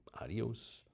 Adios